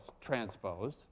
transpose